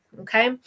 Okay